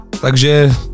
Takže